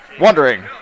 Wondering